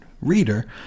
reader